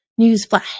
Newsflash